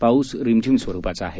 पाऊस ही रिमझिम स्वरूपाचा आहे